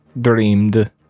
dreamed